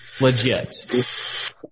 Legit